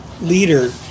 leader